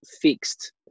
fixed